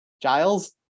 Giles